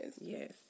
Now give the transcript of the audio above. Yes